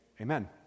Amen